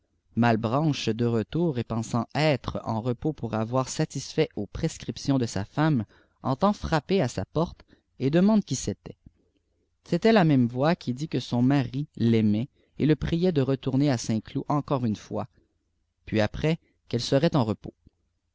mahebranche de retour et pensant être en repos ppur voîr isfait aux prescriptions de sa femme entend frapper à sa porte et demande qui c'était c'était la même voix qui dit que son ipari l'aimait et lé priait de retourner à saint-cloud encore ine foi puis après qu'elle serait en repos